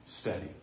steady